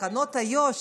תקנות איו"ש,